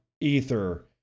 Ether